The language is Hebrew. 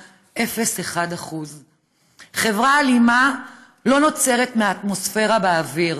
0.01%. חברה אלימה לא נוצרת מהאטמוספירה, באוויר.